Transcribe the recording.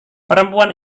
perempuan